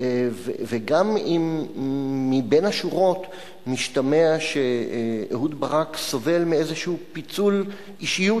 וגם אם מבין השורות משתמע שאהוד ברק סובל מאיזה פיצול אישיות,